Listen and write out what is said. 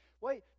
Wait